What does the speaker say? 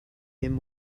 him